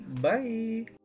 bye